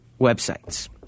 websites